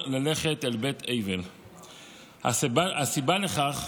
הסיבה לכך,